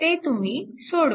हे तुम्ही सोडवा